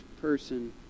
person